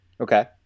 Okay